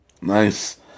Nice